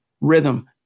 rhythm